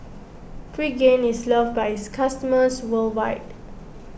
Pregain is loved by its customers worldwide